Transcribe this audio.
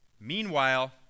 Meanwhile